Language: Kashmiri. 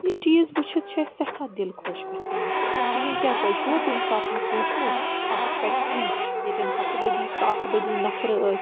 یہِ چیٖز وُچھِتھ چھُ اسہِ سٮ۪ٹھاہ دِل خۄش گژھان لیکِن کیٛاہ تۄہہِ چھُوا کُنہِ ساتہٕ سوٗنٛچمُت اَکھ فیٚکٹِرٛی ییٚتیٚن ہتہٕ بٔدی ساسہٕ بٔدی نَفرٕ ٲسۍ